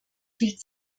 viel